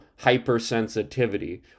hypersensitivity